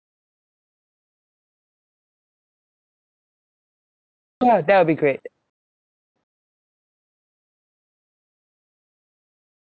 sure that will be great